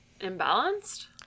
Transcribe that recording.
imbalanced